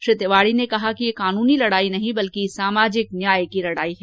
श्री तिवाड़ी ने कहा कि यह कानूनी लड़ाई नहीं बल्कि यह सामाजिक न्याय की लड़ाई है